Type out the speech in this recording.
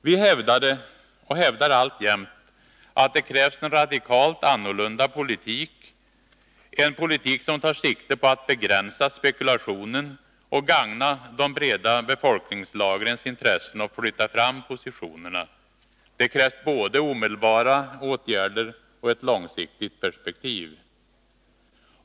Vi hävdade och hävdar alltjämt att det krävs en radikalt annorlunda politik, en politik som tar sikte på att begränsa spekulationen och gagna de breda befolkningslagrens intressen och flytta fram positionerna. Det krävs både omedelbara åtgärder och ett långsiktigt perspektiv.